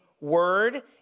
word